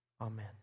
Amen